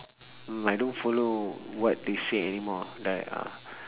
mm I don't follow what they say anymore like uh